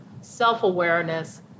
self-awareness